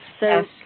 yes